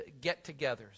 get-togethers